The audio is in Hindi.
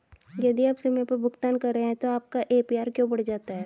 यदि आप समय पर भुगतान कर रहे हैं तो आपका ए.पी.आर क्यों बढ़ जाता है?